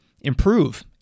improve